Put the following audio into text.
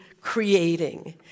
creating